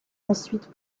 ensuite